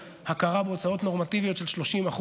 עם הכרה בהוצאות נורמטיביות של 30%,